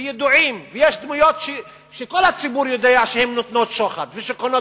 ויש דמויות שכל הציבור יודע שהן נותנות שוחד וקונות